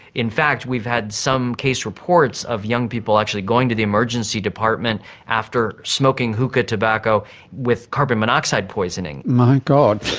in fact we've had some case reports of young people actually going to the emergency department after smoking hookah tobacco with carbon monoxide poisoning. my god!